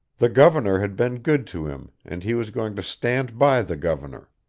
the governor had been good to him and he was going to stand by the governor.